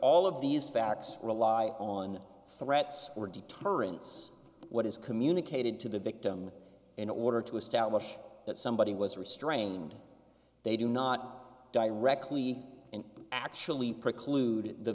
all of these facts rely on threats were deterrents what is communicated to the victim in order to establish that somebody was restrained they do not directly and actually preclude the